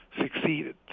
succeeded